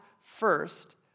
first